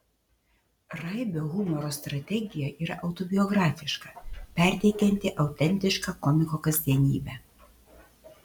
raibio humoro strategija yra autobiografiška perteikianti autentišką komiko kasdienybę